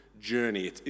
journey